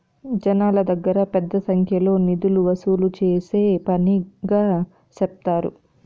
జనాల దగ్గర పెద్ద సంఖ్యలో నిధులు వసూలు చేసే పనిగా సెప్తారు